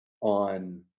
on